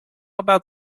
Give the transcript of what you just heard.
about